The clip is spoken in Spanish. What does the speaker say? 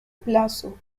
plazo